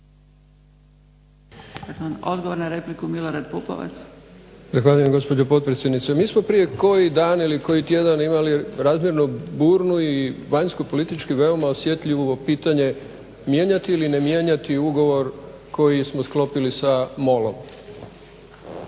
Odgovor na repliku Milorad Pupovac. **Pupovac, Milorad (SDSS)** Zahvaljujem gospođo potpredsjednice. Mi smo prije koji dan ili koji tjedan imali razmjerno burnu i vanjsko-politički veoma osjetljivo pitanje mijenjati ili ne mijenjati ugovor koji smo sklopili sa MOL-om.